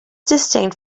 distinct